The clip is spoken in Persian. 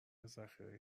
ذخیره